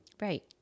Right